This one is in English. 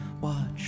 Watch